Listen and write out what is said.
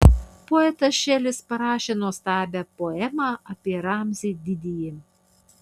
poetas šelis parašė nuostabią poemą apie ramzį didįjį